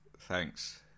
Thanks